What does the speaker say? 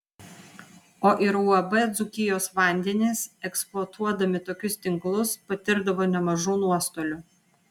o ir uab dzūkijos vandenys eksploatuodami tokius tinklus patirdavo nemažų nuostolių